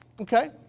Okay